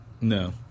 No